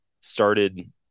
started